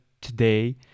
today